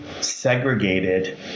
segregated